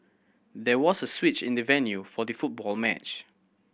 there was a switch in the venue for the football match